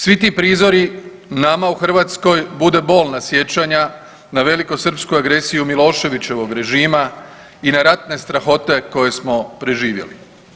Svi ti prizori nama u Hrvatskoj bude bolna sjećanja na velikosrpsku agresiju Miloševićevog režima i na ratne strahote koje smo preživjeli.